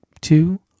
two